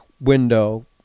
window